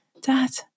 dad